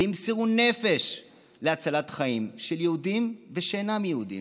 וימסרו נפש להצלת חיים של יהודים ושאינם יהודים,